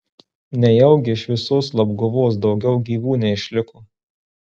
nejaugi iš visos labguvos daugiau gyvų neišliko